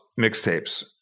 mixtapes